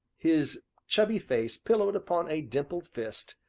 his chubby face pillowed upon a dimpled fist,